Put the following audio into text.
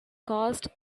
caused